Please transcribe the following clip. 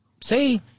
See